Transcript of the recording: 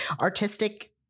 artistic